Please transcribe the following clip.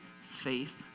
faith